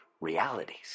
realities